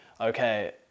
okay